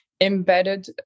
embedded